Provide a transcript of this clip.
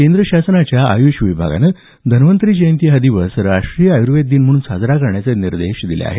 केंद्र शासनाच्या आयुष विभागानं धन्वंतरी जयंती हा दिवस राष्ट्रीय आयुर्वेद दिन म्हणून साजरा करण्याचे निर्देश दिले आहेत